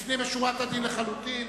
לפנים משורת הדין לחלוטין.